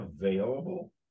available